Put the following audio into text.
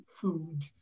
food